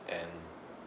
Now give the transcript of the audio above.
and